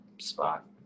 spot